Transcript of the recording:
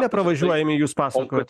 nepravažiuojami jūs pasakojot